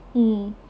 mm